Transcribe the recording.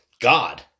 God